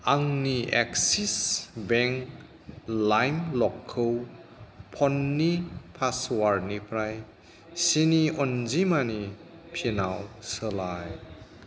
आंनि Axis bank लाइम लकखौ फननि पासवार्डनिफ्राय स्नि अनजिमानि पिनाव सोलाय